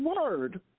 word